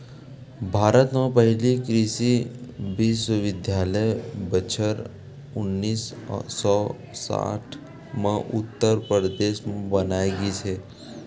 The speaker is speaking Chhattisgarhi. भारत म पहिली कृषि बिस्वबिद्यालय बछर उन्नीस सौ साठ म उत्तर परदेस म बनाए गिस हे